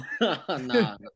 Nah